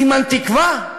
סימן תקווה?